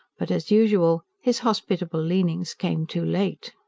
but as usual, his hospitable leanings came too late.